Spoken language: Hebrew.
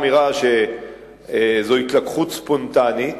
האחת, שזו התלקחות ספונטנית.